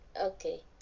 Okay